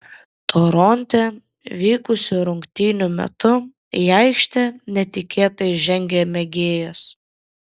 toronte vykusių rungtynių metu į aikštę netikėtai žengė mėgėjas